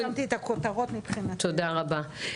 בסדר גמור.